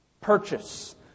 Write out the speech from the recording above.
purchase